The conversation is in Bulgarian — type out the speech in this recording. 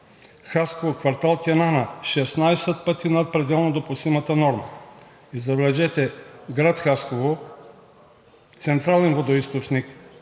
Хасково, квартал „Кенана“ – 16 пъти над пределно допустимата норма. И забележете, град Хасково, централен водоизточник